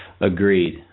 Agreed